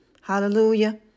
Hallelujah